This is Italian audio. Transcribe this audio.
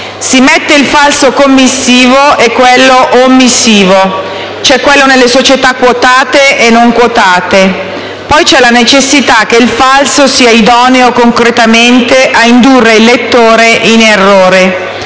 Si mette il falso commissivo e quello omissivo; c'è quello nelle società quotate e quello delle società non quotate. Poi c'è la necessità che il falso sia idoneo concretamente a indurre il lettore in errore.